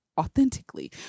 authentically